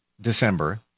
December